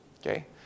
Okay